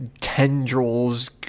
tendrils